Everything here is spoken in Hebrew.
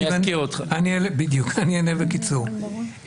אענה בקיצור.